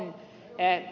näin on